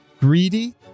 greedy